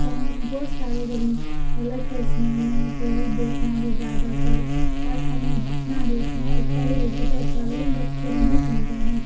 صحیح بہت سارے غلط ہے اس میں ٹی وی دیکھنا بھی زیادہ تر اور ہمیں جتنا دیکھنا ہے اتنا ہی دیکھیں تو اچّھا ہے لیکن بچّے نہیں سنتے ہیں